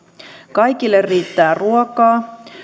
kaikille riittää ruokaa